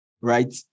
Right